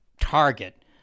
target